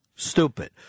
Stupid